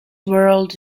world